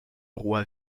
roi